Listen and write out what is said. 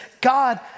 God